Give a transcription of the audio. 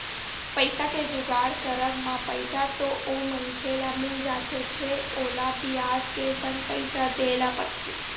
पइसा के जुगाड़ करब म पइसा तो ओ मनखे ल मिल जाथे फेर ओला बियाज के संग पइसा देय ल परथे